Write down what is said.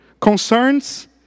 Concerns